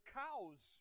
cows